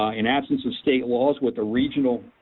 ah in absence of state laws with the regional